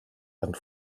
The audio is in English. and